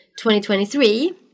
2023